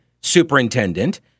superintendent